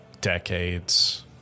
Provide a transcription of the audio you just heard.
decades